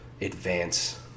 advance